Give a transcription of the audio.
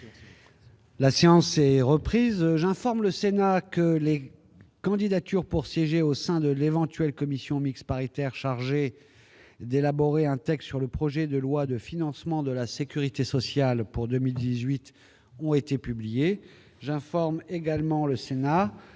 La séance est reprise. J'informe le Sénat que des candidatures pour siéger au sein de l'éventuelle commission mixte paritaire chargée d'élaborer un texte sur le projet de loi de financement de la sécurité sociale pour 2018 ont été publiées. J'informe également le Sénat